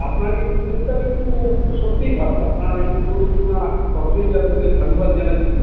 আপনার এই উদ্যোগটা কিন্তু সত্যিই ভালো আপনার এই উদ্যোগের জন্য প্রথমেই আপনাকে সাধুবাদ জানাচ্ছি